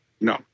No